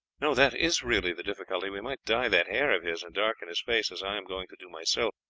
no, that is really the difficulty. we might dye that hair of his and darken his face, as i am going to do myself.